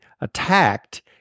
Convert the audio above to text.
attacked